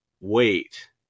wait